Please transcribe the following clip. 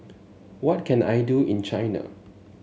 what can I do in China